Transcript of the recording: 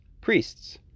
priests